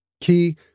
Key